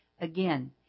again